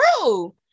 true